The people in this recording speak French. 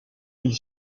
ils